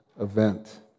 event